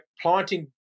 planting